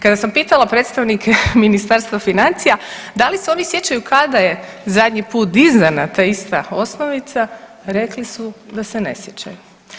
Kada sam pitala predstavnika Ministarstva financija da li se oni sjećaju kada je zadnji put izdana ta ista osnovica rekli su da se ne sjećaju.